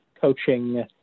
coaching